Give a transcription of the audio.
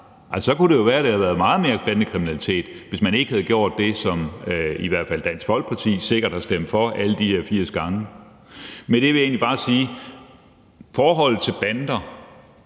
værre; så kunne det være, at der havde været meget mere bandekriminalitet, altså hvis ikke man havde gjort det, som i hvert fald Dansk Folkeparti sikkert har stemt for alle de her 80 gange. Med det vil jeg egentlig bare sige, at forholdet til bander